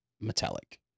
metallic